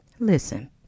Listen